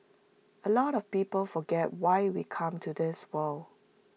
A lot of people forget why we come to this world